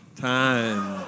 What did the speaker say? Time